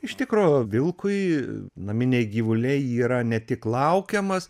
iš tikro vilkui naminiai gyvuliai yra ne tik laukiamas